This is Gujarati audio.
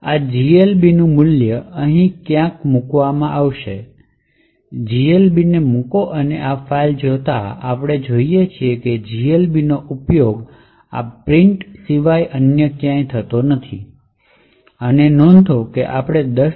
આ GLB મૂલ્ય અહીં ક્યાંક છાપવામાં આવશે GLB ને છાપો અને આ ફાઇલને જોતા આપણે જોઈએ છીએ કે GLB નો ઉપયોગ આ printf સિવાય અન્ય ક્યાંય થતો નથી અને નોંધ લો કે આપણે 10